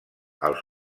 els